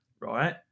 Right